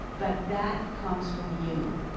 but that comes from you.